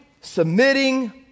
submitting